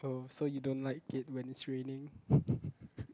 oh so you don't like it when it's raining